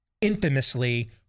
infamously